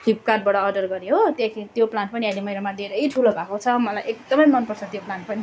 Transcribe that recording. फ्लिपकार्टबाट अर्डर गरेँ हो त्यहाँदेखि त्यो प्लान्ट पनि अहिले मेरोमा धेरै ठुलो भएको छ मलाई एकदमै मन पर्छ त्यो प्लान्ट पनि